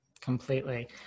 Completely